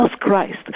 Christ